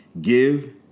Give